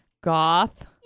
goth